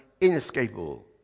inescapable